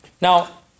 Now